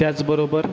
त्याचबरोबर